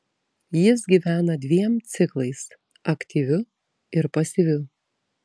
jis gyvena dviem ciklais aktyviu ir pasyviu